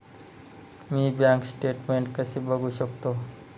मी bank statement कसे बघू शकतो?